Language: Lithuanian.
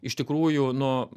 iš tikrųjų nu